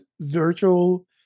virtual